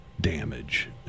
damage